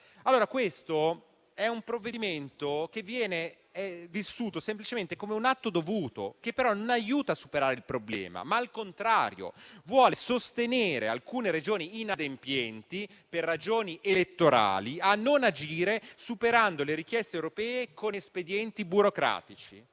quindi un provvedimento che viene vissuto semplicemente come un atto dovuto, che però non aiuta a superare il problema; al contrario, vuole sostenere, per ragioni elettorali, alcune Regioni inadempienti a non agire, superando le richieste europee con espedienti burocratici.